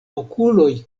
okuloj